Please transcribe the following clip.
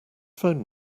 phone